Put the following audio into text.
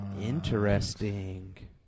Interesting